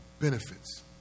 benefits